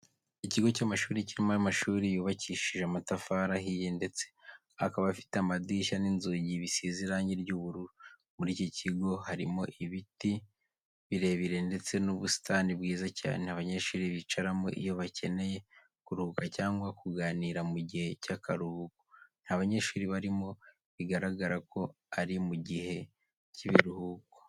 Ikigo cy'amashuri kirimo amashuri yubakishije amatafari ahiye ndetse akaba afite amadirishya n'inzugi bisize irangi ry'ubururu. Muri iki kigo harimo ibiti birebire ndetse n'ubusitani bwiza cyane abanyeshuri bicaramo iyo bakeneye kuruhuka cyangwa kuganira mu gihe cy'akaruhuko. Nta banyeshuri barimo bigaragara ko ari mu gihe cy'ibiruhuko.